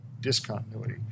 discontinuity